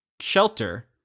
shelter